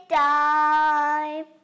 time